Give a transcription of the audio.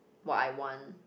what I want